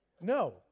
no